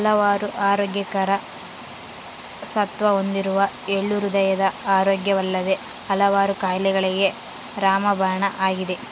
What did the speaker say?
ಹಲವಾರು ಆರೋಗ್ಯಕರ ಸತ್ವ ಹೊಂದಿರುವ ಎಳ್ಳು ಹೃದಯದ ಆರೋಗ್ಯವಲ್ಲದೆ ಹಲವಾರು ಕಾಯಿಲೆಗಳಿಗೆ ರಾಮಬಾಣ ಆಗಿದೆ